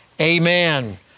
amen